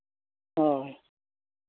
ᱦᱳᱭ